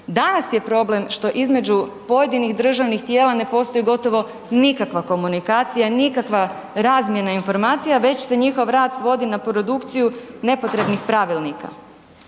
Danas je problem što između pojedinih državnih tijela ne postoji gotovo nikakva komunikacija, nikakva razmjena informacija, već se njihov rad svodi na produkciju nepotrebnih pravilnika.